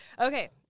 Okay